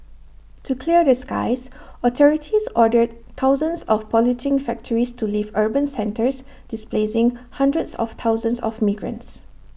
to clear the skies authorities ordered thousands of polluting factories to leave urban centres displacing hundreds of thousands of migrants